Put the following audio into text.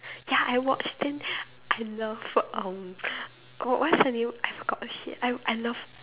ya I watch then I love what um w~ what's her name I forgot shit I I love